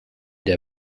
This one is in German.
der